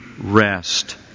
rest